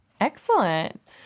Excellent